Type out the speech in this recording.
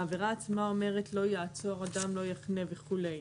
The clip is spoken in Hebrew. העבירה עצמה אומרת שלא יעצור אדם, לא יחנה וכולי.